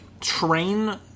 train